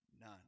none